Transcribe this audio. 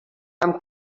amb